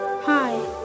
Hi